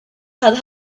had